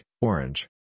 orange